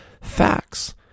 facts